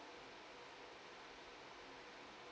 okay